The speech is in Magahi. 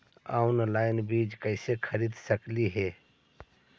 ऑनलाइन बीज कईसे खरीद सकली हे?